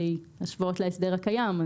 השוואות להסדר הקיים.